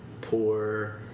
poor